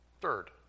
Third